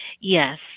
Yes